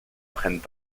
prennent